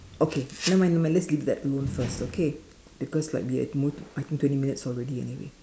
okay nevermind nevermind let's leave that alone first okay because like we have mo~ I think twenty minutes already anyway